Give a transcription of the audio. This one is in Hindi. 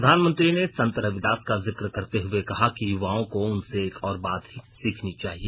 प्रधानमंत्री ने संत रविदास का जिक करते हुए कहा कि युवाओं को उनसे एक और बात की सीखनी चाहिए